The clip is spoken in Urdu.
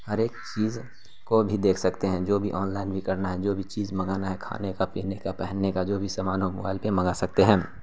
ہر ایک چیز کو بھی دیکھ سکتے ہیں جو بھی آن لائن بھی کرنا ہے جو بھی چیز منگانا ہے کھانے کا پینے کا پہننے کا جو بھی سامان ہو موبائل پہ ہم منگوا سکتے ہیں